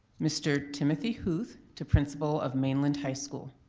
mr. timothy huth to principal of mainland high school.